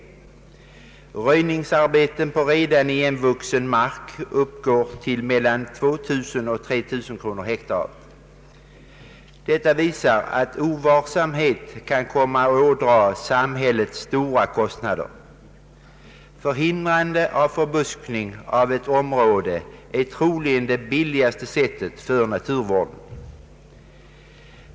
Kostnaden för röjningsarbeten på redan igenvuxen mark uppgår till 2 000 å 3000 kronor per hektar. Detta visar att ovarsamhet kan komma att ådra samhället stora utgifter. Förhindrande av förbuskning på ett område är troligen det billigaste sättet för naturvården.